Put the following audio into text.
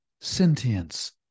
Sentience